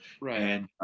Right